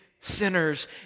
sinners